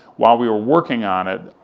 while we were working on it,